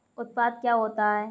उत्पाद क्या होता है?